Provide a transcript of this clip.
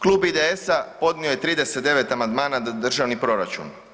Klub IDS-a podnio je 39 amandmana na državni proračun.